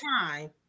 time